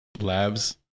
labs